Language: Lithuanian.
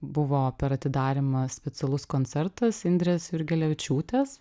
buvo per atidarymą specialus koncertas indrės jurgelevičiūtės